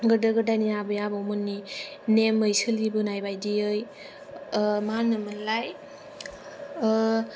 गोदो गोदायनि आबौ आबैमोननि नेमै सोलिबोनायबादियै मानोमोनलाय